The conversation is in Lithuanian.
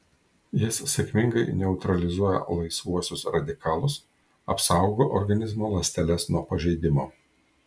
jis sėkmingai neutralizuoja laisvuosius radikalus apsaugo organizmo ląsteles nuo pažeidimo